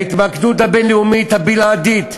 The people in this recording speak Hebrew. ההתמקדות הבין-לאומית הבלעדית,